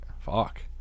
fuck